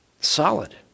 solid